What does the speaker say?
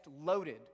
loaded